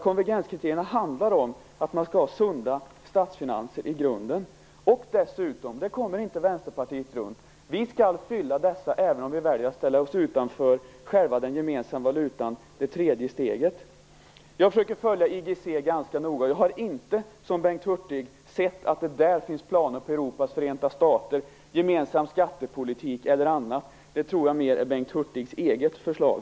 Konvergenskriterierna handlar ju om att man skall ha sunda statsfinanser i grunden. Dessutom skall vi - det kommer inte Vänsterpartiet ifrån - uppfylla dessa även om vi väljer att ställa oss utanför själva den gemensamma valutan, det tredje steget. Jag försöker följa IGC ganska noga, men jag har inte som Bengt Hurtig sett att det där finns planer på Europas förenta stater, gemensam skattepolitik eller annat sådant. Det tror jag mer är Bengt Hurtigs eget förslag.